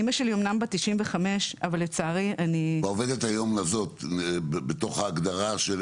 אימא שלי אמנם בת 95 אבל לצערי --- העובדת הזאת בתוך ההגדרה?